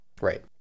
right